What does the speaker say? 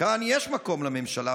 כאן יש מקום לממשלה,